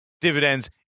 dividends